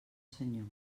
senyor